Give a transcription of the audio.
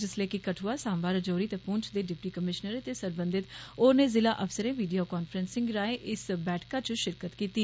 जिसलै कि कठुआ साम्बा राजोरी ते पुंछ दे डिप्टी कमीश्नरें ते सरबधित होरने जिला अफसरें वीडियो कांफ्रैसिंग रांए इस बैठका च शिरकत कीत्ती